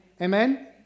Amen